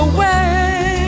Away